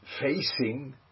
facing